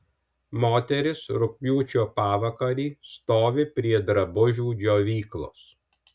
moteris rugpjūčio pavakarį stovi prie drabužių džiovyklos